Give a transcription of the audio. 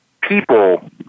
people